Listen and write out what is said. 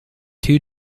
two